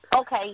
Okay